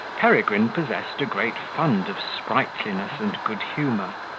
peregrine possessed a great fund of sprightliness and good-humour,